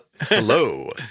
Hello